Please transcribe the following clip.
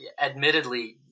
admittedly